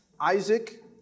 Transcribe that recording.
Isaac